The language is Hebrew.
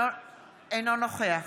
אינו נוכח